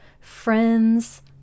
friends